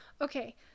Okay